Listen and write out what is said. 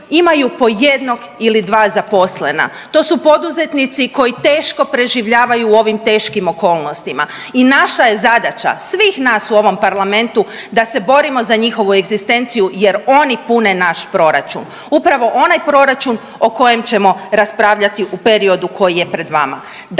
imaju po jednog ili dva zaposlena. To su poduzetnici koji teško preživljavaju u ovim teškim okolnostima. I naša je zadaća svih nas u ovom Parlamentu da se borimo za njihovu egzistenciju, jer oni pune naš proračun. Upravo onaj proračun o kojem ćemo raspravljati u periodu koji je pred vama.